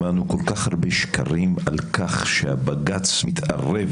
שמענו כל כך הרבה שקרים על כך שהבג"ץ\צ מתערב